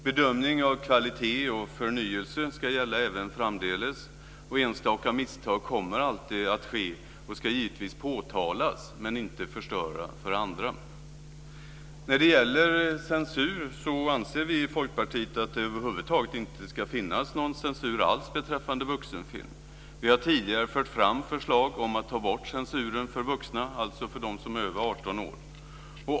Bedömning av kvalitet och förnyelse ska gälla även framdeles, och enstaka misstag kommer alltid att ske och ska givetvis påtalas men inte förstöra för andra. Vi i Folkpartiet anser att det över huvud taget inte ska finns någon censur alls beträffande vuxenfilm. Vi har tidigare fört fram förslag om att ta bort censuren för vuxna, alltså för dem som är över 18 år.